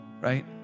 right